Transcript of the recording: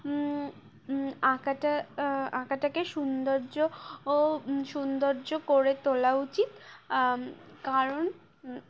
আঁকাটা আঁকাটাকে সৌন্দর্য ও সৌন্দর্য করে তোলা উচিত কারণ